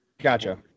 Gotcha